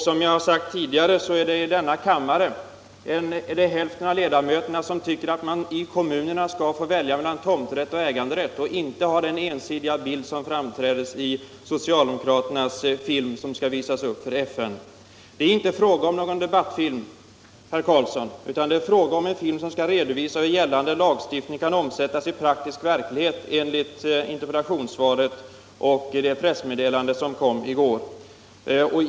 Som jag har sagt tidigare tycker hälften av ledamöterna i denna kammare att invånarna i kommunerna skall få välja mellan tomträtt och äganderätt och vill inte ha den ensidiga politik som framträder i socialdemokraternas film som nu skall visas upp för FN. Det är inte fråga om någon debattfilm, herr Carlsson, utan om en film som skall redovisa hur gällande lagstiftning kan omsättas till praktisk verklighet, enligt interpellationssvaret och det pressmeddelande som kom i går.